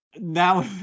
Now